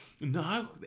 No